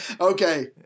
okay